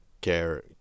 care